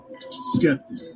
skeptic